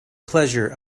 pleasure